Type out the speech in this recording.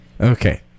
Okay